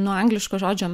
nuo angliško žodžio